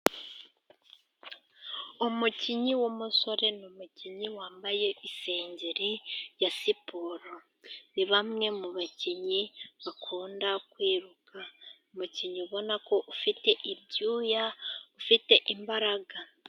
Umukinnyi w'umusore. Ni umukinnyi wambaye isengeri ya siporo. Ni umwe mu bakinnyi bakunda kwiruka. Umukinnyi ubona ko afite ibyuya, ufite imbaraga.